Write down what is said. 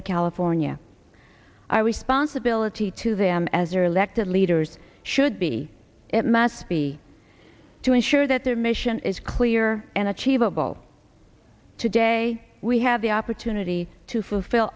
of california our responsibility to them as early active leaders should be it must be to ensure that their mission is clear and achievable today we have the opportunity to fulfill